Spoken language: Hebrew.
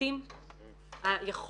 זה לא חלילה טרוניה נגד המשרד אבל אני